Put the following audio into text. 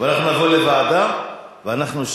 אני מזמין את כבודו,